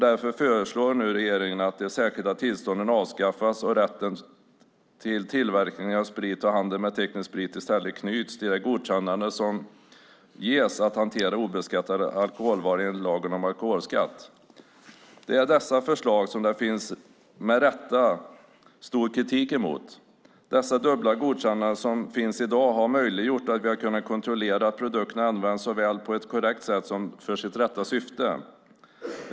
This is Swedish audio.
Därför föreslår nu regeringen att de särskilda tillstånden avskaffas och att rätten till tillverkning av sprit och handel med teknisk sprit i stället knyts till det godkännande som ges att hantera obeskattade alkoholvaror enligt lagen om alkoholskatt. Det är dessa förslag som det med rätta finns stor kritik mot. De dubbla godkännanden som finns i dag har gjort det möjligt att kontrollera att produkterna används såväl på ett korrekt sätt som för sitt rätta syfte.